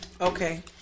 Okay